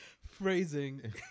phrasing